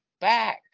back